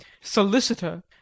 Solicitor